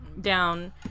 down